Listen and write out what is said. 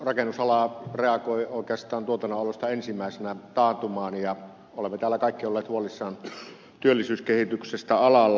rakennusala reagoi oikeastaan tuotannonaloista ensimmäisenä taantumaan ja olemme täällä kaikki olleet huolissamme työllisyyskehityksestä alalla